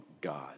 God